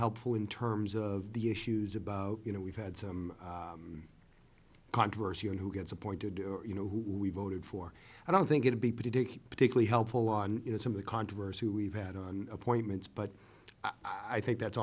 helpful in terms of the issues about you know we've had some controversy on who gets appointed or you know who we voted for i don't think it'd be pretty take particularly helpful on you know some of the controversy we've had on appointments but i think that's